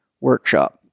workshop